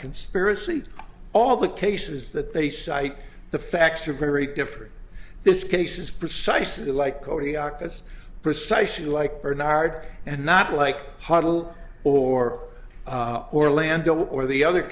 conspiracy all the cases that they cite the facts are very different this case is precisely like already are as precisely like bernard and not like huddle or orlando or the other